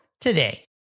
today